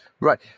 Right